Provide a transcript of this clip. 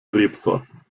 rebsorten